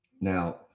Now